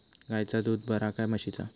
गायचा दूध बरा काय म्हशीचा?